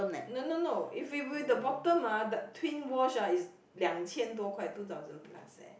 no no no if with with the bottom ah the twin wash ah is 两千多块 two thousand plus leh